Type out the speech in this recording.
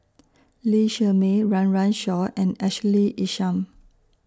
Lee Shermay Run Run Shaw and Ashley Isham